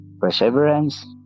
perseverance